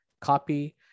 copy